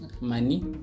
money